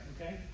Okay